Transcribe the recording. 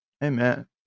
Amen